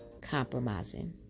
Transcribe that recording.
Compromising